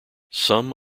some